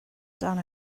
dan